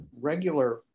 regular